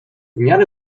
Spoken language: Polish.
miarę